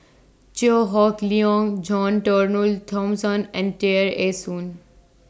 Chew Hock Leong John Turnbull Thomson and Tear Ee Soon